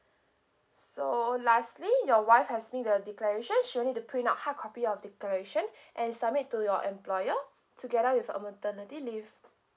so lastly your wife has made the declaration she'll need to print out hard copy of declaration and submit to your employer together with a a maternity leave